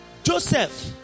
Joseph